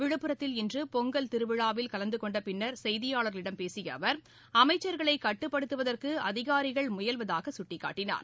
விழுப்புரத்தில் இன்று பொங்கல் திருவிழாவில் கலந்து கொண்ட பின்னர் செய்தியாளர்களிடம் பேசிய அவர் அமைச்சர்களை கட்டுப்படுத்துவதற்கு அதிகாரிகள் முயல்வதாக சுட்டிக்காட்டினார்